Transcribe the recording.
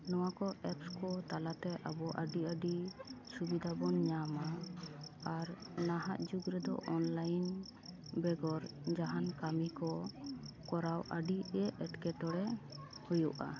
ᱱᱚᱣᱟ ᱠᱚ ᱮᱯᱥ ᱠᱚ ᱛᱟᱞᱟᱛᱮ ᱟᱵᱚ ᱟᱹᱰᱤ ᱟᱹᱰᱤ ᱥᱩᱵᱤᱫᱷᱟ ᱵᱚᱱ ᱧᱟᱢᱟ ᱟᱨ ᱱᱟᱦᱟᱜ ᱡᱩᱜᱽ ᱨᱮᱫᱚ ᱚᱱᱞᱟᱭᱤᱱ ᱵᱮᱜᱚᱨ ᱡᱟᱦᱟᱱ ᱠᱟᱹᱢᱤ ᱠᱚ ᱠᱚᱨᱟᱣ ᱟᱹᱰᱤ ᱜᱮ ᱮᱴᱠᱮᱴᱚᱬᱮ ᱦᱩᱭᱩᱜᱼᱟ